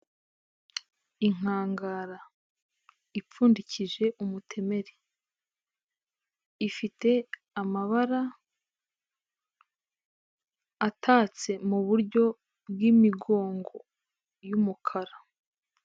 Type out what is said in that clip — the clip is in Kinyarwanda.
Inkangara ipfundikije umutemeri, ifite amabara atatse mu buryo bw'imigongo y'umukara.